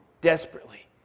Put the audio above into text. desperately